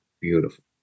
Beautiful